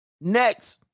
next